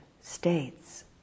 states